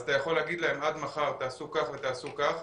אתה יכול להגיד להם עד מחר: תעשו כך ותעשו כך.